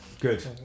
good